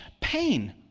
pain